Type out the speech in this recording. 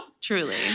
Truly